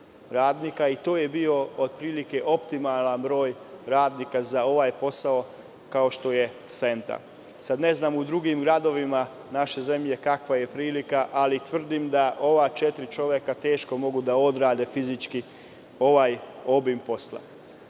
i to je bio otprilike optimalan broj radnika za ovaj posao kao što je Senta. Sada ne znam u drugim gradovima naše zemlje kakva je prilika, ali tvrdim da ova četiri čoveka teško mogu da odrade fizički ovaj obim posla.